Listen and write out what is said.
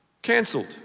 Cancelled